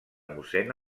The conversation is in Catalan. mossèn